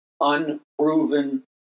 unproven